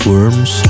Worms